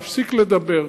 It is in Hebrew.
להפסיק לדבר.